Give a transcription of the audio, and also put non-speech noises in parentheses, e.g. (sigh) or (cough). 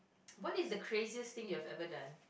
(noise) what is the craziest thing you have ever done